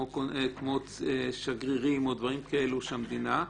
כמו שגרירים או דברים כאלה של המדינה,